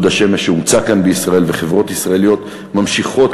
דוד השמש הומצא כאן בישראל וחברות ישראליות ממשיכות